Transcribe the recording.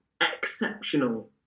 exceptional